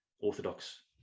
orthodox